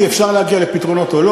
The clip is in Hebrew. וגם הפעם.